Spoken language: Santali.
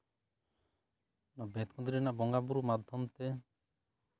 ᱵᱮᱛᱠᱩᱸᱫᱽᱨᱤ ᱨᱮᱱᱟᱜ ᱵᱚᱸᱜᱟᱼᱵᱩᱨᱩ ᱢᱟᱫᱽᱫᱷᱚᱢ ᱛᱮ